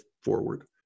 forward